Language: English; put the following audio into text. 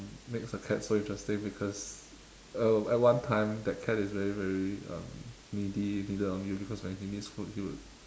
makes the cat so interesting because um at one time that cat is very very um needy needed on you because when he needs food he would